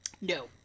No